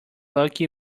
lucky